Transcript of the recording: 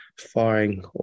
firing